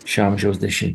šio amžiaus dešimtmetis